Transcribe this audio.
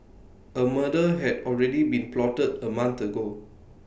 A murder had already been plotted A month ago